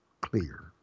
clear